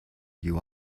you